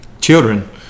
children